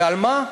ועל מה?